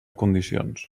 condicions